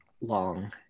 long